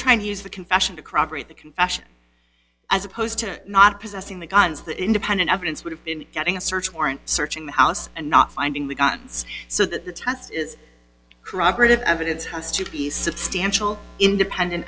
corroborate the confession as opposed to not possessing the guns the independent evidence would have been getting a search warrant searching the house and not finding the guns so that the test is corroborated evidence has to be substantial independent